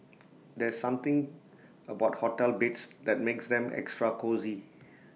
there's something about hotel beds that makes them extra cosy